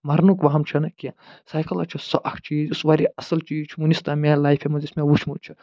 مرنُک وہم چھُنہٕ کیٚنٛہہ سایکل حظ چھُ سُہ اکھ چیٖز یُس وارِیاہ اَصٕل چیٖز چھُ وٕنِس تام میٛانہِ لایفہِ منٛز یُس مےٚ وٕچھمُت چھُ